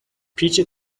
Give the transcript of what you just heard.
پیچ